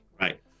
Right